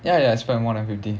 ya ya I spend more than fifty